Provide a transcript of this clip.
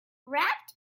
wrapped